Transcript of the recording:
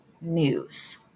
news